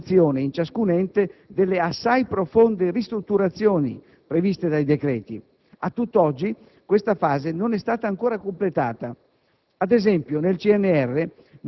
caratterizzata dalla implementazione in ciascun ente delle assai profonde ristrutturazioni previste dai decreti. A tutt'oggi questa fase non è stata ancora completata.